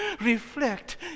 Reflect